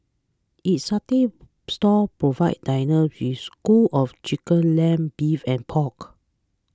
its satay stalls provide diners with skewers of chicken lamb beef and pork